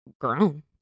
grown